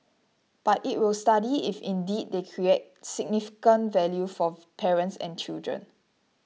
but it will study if indeed they create significant value for parents and children